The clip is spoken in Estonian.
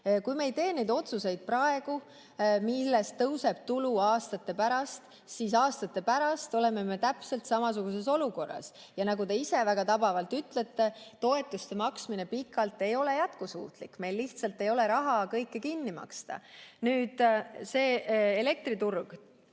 Kui me ei tee praegu neid otsuseid, millest tõuseb tulu aastate pärast, siis aastate pärast oleme me täpselt samasuguses olukorras. Ja nagu te ise väga tabavalt ütlete: pikalt toetuste maksmine ei ole jätkusuutlik. Meil lihtsalt ei ole raha kõike kinni maksta. Nüüd elektriturg.